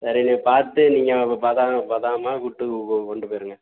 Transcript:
சரிண்ணே பார்த்து நீங்கள் பதா பதாமாக கூட்டு கொண்டு போயிருங்க